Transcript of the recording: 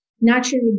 naturally